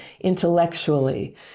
intellectually